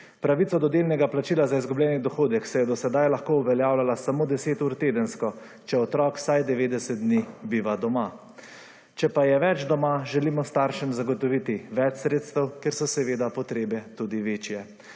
Pravico do delnega plačila za delni dohodek se je do sedaj lahko uveljavlja samo 10 ur tedensko, če otrok vsaj 90 dni biva doma. Če pa je več doma želimo staršem zagotoviti več sredstev, ker so potrebe tudi večje.